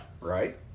Right